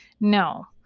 No